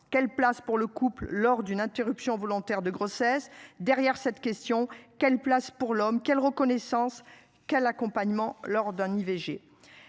quelle place pour le couple lors d'une interruption volontaire de grossesse. Derrière cette question, quelle place pour l'homme quelle reconnaissance quel accompagnement lors d'un IVG.